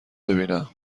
ببینم